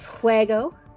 fuego